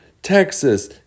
Texas